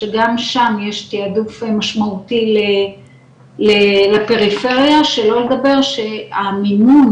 שגם שם יש תעדוף משמעותי לפריפריה שלא לדבר שהמימון